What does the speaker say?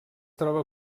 troba